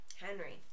Henry